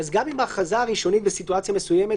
גם אם ההכרזה הראשונית בסיטואציה ראשונית